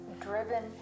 driven